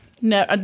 No